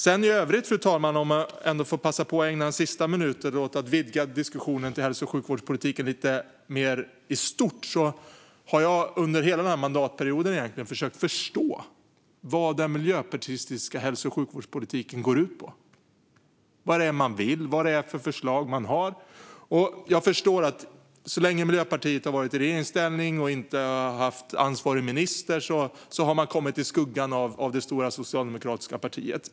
Låt mig passa på att ägna den sista minuten åt att vidga diskussionen till hälso och sjukvårdspolitiken mer i stort. Jag har under hela mandatperioden försökt att förstå vad den miljöpartistiska hälso och sjukvårdspolitiken går ut på, vad det är man vill, vilka förslag man har. Jag förstår att så länge Miljöpartiet har varit i regeringsställning, inte har varit tilldelad ansvarig minister, har man kommit i skuggan av det stora socialdemokratiska partiet.